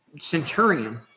centurion